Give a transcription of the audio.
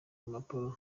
impapuro